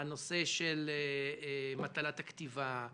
נושא מטלת הכתיבה,